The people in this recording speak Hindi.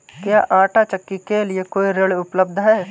क्या आंटा चक्की के लिए कोई ऋण उपलब्ध है?